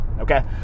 Okay